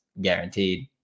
guaranteed